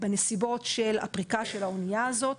בנסיבות של הפריקה של האנייה הזאת,